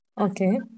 okay